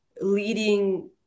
leading